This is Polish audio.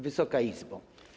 Wysoka Izbo!